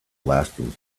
lasting